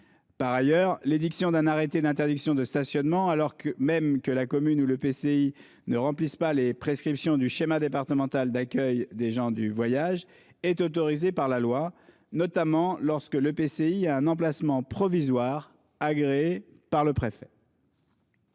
Par ailleurs, l'édiction d'un arrêté d'interdiction de stationnement, alors même que la commune ou l'EPCI ne remplit pas les prescriptions du schéma départemental d'accueil des gens du voyage, est autorisée par la loi, notamment lorsque l'EPCI dispose d'un emplacement provisoire agréé par le préfet.